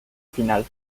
final